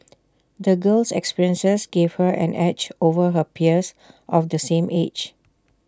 the girl's experiences gave her an edge over her peers of the same age